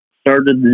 started